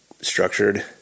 structured